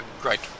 great